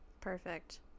Perfect